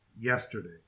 yesterday